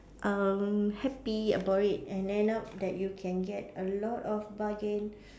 um happy about it and end up that you can get a lot of bargain